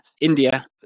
India